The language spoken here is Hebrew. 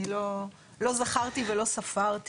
אני לא זכרתי ולא ספרתי.